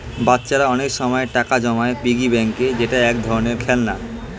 বাচ্চারা অনেক সময় টাকা জমায় পিগি ব্যাংকে যেটা এক ধরনের খেলনা